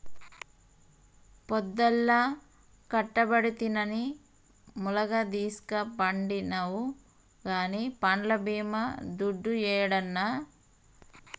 పొద్దల్లా కట్టబడితినని ములగదీస్కపండినావు గానీ పంట్ల బీమా దుడ్డు యేడన్నా